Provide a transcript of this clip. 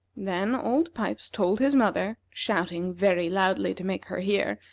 then old pipes told his mother, shouting very loudly to make her hear,